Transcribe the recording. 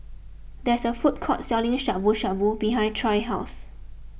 there is a food court selling Shabu Shabu behind Troy's house